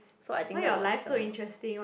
so I think that was the most